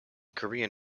korean